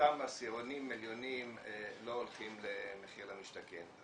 אותם עשירונים עליונים לא הולכים ל'מחיר למשתכן'.